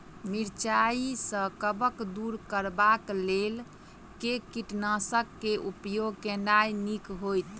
मिरचाई सँ कवक दूर करबाक लेल केँ कीटनासक केँ उपयोग केनाइ नीक होइत?